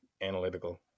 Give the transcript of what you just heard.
analytical